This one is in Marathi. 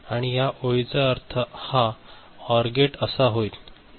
आणि या ओळीचा अर्थ हा ओर गेट असा होईल